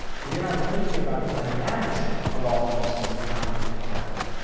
and you're not thinking about the dynamics of of all of those things and how they fit together